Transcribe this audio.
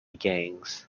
gangs